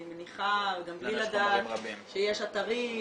אני מניחה גם בלי לדעת שיש אתרים,